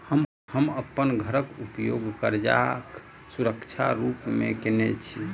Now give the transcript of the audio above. हम अप्पन घरक उपयोग करजाक सुरक्षा रूप मेँ केने छी